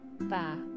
Ba